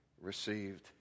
received